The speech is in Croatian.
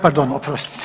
Pardon oprostite.